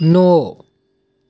नौ